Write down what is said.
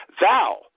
Thou